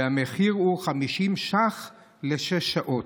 והמחיר הוא 50 ש"ח לשש שעות.